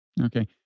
Okay